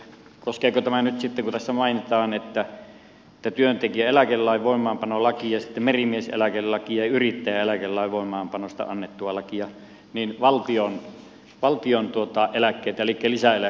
koskeeko tämä nyt sitten valtion eläkkeitä elikkä lisäeläkkeitä kun tässä mainitaan työntekijän eläkelain voimaanpanolaki ja sitten merimieseläkelaki ja yrittäjäeläkelain voimaanpanosta annettua lakia niin valtion valtion tuottaa eläkkeitä annettu laki